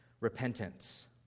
repentance